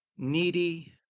Needy